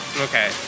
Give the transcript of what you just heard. Okay